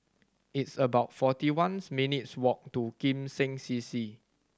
it's about forty one minutes' walk to Kim Seng C C